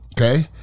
okay